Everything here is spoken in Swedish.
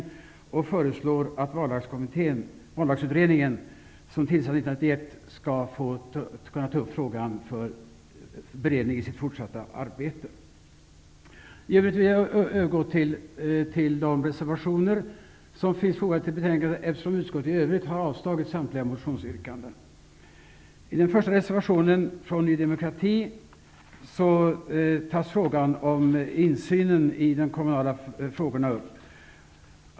Utskottet föreslår att Vallagsutredningen, som tillsattes 1991, skall kunna ta upp frågan till beredning i sitt fortsatta arbete. Därefter skall jag övergå till att kommentera de reservationer som har fogats till betänkandet, eftersom utskottet i övrigt har avstyrkt samtliga motionsyrkanden. I reservation 1 från Ny demokrati tas frågan om insynen i de kommunala frågorna upp.